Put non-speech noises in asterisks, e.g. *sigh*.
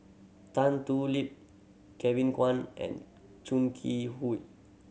Tan Thoon Lip Kevin Kwan and Chong Kee *unintelligible*